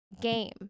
game